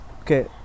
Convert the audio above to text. okay